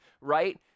right